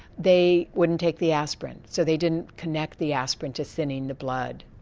they wouldn't take the aspirin, so they didn't connect the aspirin to thinning the blood.